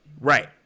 Right